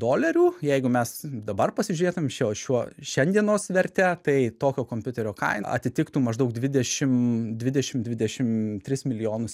dolerių jeigu mes dabar pasižiūrėtum šiuo šiuo šiandienos verte tai tokio kompiuterio kaina atitiktų maždaug dvidešim dvidešim dvidešim tris milijonus